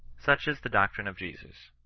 such is the doctrine of jesus.